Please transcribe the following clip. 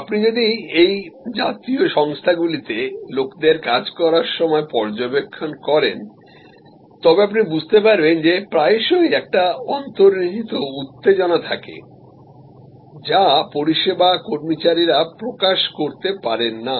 আপনি যদি এই জাতীয় সংস্থাগুলিতে লোকদের কাজ করার সময় পর্যবেক্ষণ করেন তবে আপনি বুঝতে পারবেন যে প্রায়শই একটি অন্তর্নিহিত উত্তেজনা থাকে যা পরিষেবা কর্মচারীরা প্রকাশ করতে পারেন না